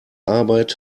arbeit